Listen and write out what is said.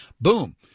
boom